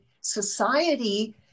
society